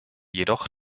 jedoch